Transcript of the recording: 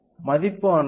மதிப்பு ஆனாது 1